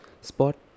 Spot